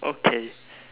okay